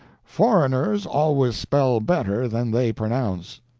foreigners always spell better than they pronounce.